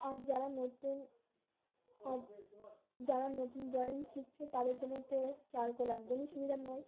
আর যারা নতুন আর যারা নতুন ড্রয়িং শিখছে তাদের জন্য তো চারকোল একদমই সুবিধার নয়